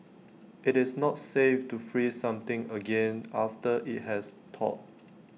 IT is not safe to freeze something again after IT has thawed